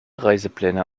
reisepläne